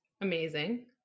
amazing